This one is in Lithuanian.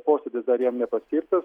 posėdis dar jam nepaskirtas